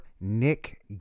Nick